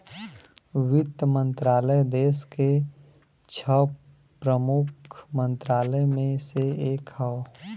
वित्त मंत्रालय देस के छह प्रमुख मंत्रालय में से एक हौ